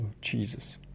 Jesus